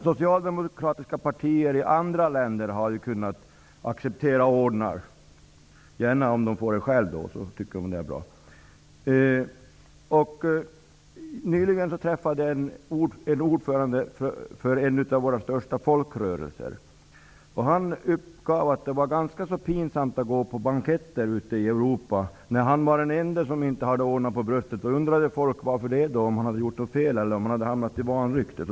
Socialdemokratiska partier i andra länder har kunnat acceptera ordnar; om socialdemokraterna får det själva tycker de att det är bra. Nyligen träffade jag ordföranden för en av våra största folkrörelser. Han uppgav att det var ganska så pinsamt att gå på banketter ute i Europa. När han var den ende som inte hade ordnar på bröstet undrade folk om han hade gjort något fel eller om han hade råkat i vanrykte.